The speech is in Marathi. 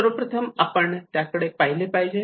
सर्वप्रथम आपण त्याकडे पाहिले पाहिजे